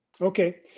Okay